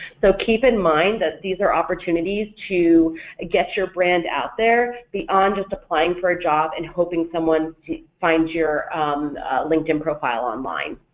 so keep in mind that these are opportunities to get your brand out there beyond just applying for a job and hoping someone finds your linkedin profile online.